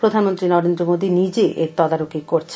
প্রধানমন্ত্রী নরেন্দ্র মোদি নিজে এর তদারকি করছেন